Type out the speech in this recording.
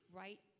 right